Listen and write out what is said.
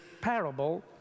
parable